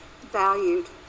valued